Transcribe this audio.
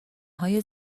های